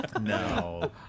No